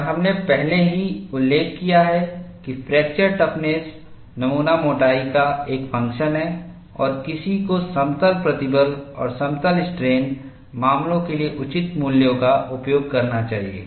और हमने पहले ही उल्लेख किया है कि फ्रैक्चर टफ़्नस नमूना मोटाई का एक फंक्शन है और किसी को समतल प्रतिबल और समतल स्ट्रेन मामलों के लिए उचित मूल्यों का उपयोग करना चाहिए